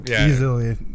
Easily